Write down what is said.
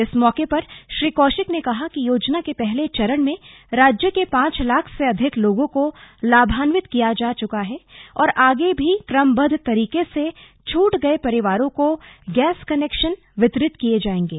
इस मौके पर श्री कौशिक ने कहा कि योजना के पहले चरण में राज्य के पांच लाख से अधिक लोगों को लाभान्वित किया जा चुका है और आगे भी क्रमबद्ध तरीके से छूट गए परिवारों को गैस कनेक्शन वितरित किये जायेंगे